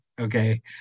okay